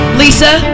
lisa